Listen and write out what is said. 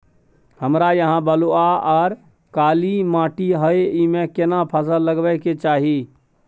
हमरा यहाँ बलूआ आर काला माटी हय ईमे केना फसल लगबै के चाही?